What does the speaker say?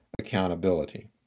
accountability